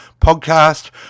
podcast